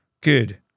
Good